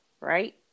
right